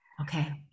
Okay